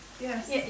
Yes